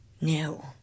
No